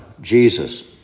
Jesus